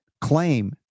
claim